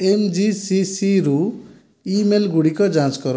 ଏମଜିସିସିସିରୁ email ଗୁଡ଼ିକ ଯାଞ୍ଚ କର